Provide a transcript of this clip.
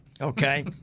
Okay